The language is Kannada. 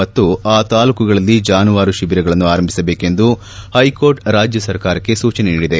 ಮತ್ತು ಆ ತಾಲೂಕುಗಳಲ್ಲಿ ಜಾನುವಾರು ಶಿಬಿರಗಳನ್ನು ಆರಂಭಿಸಬೇಕೆಂದು ಹೈಕೋರ್ಟ್ ರಾಜ್ಯ ಸರ್ಕಾರಕ್ಕೆ ಸೂಚನೆ ನೀಡಿದೆ